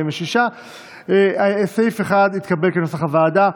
46. סעיף 1 התקבל כנוסח הוועדה.